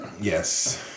Yes